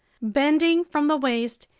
bending from the waist,